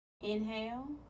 inhale